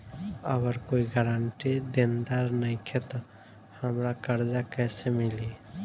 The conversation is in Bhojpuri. अगर कोई गारंटी देनदार नईखे त हमरा कर्जा कैसे मिली?